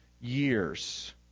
years